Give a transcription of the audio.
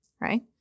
right